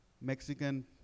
Mexican